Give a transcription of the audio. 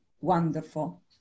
Wonderful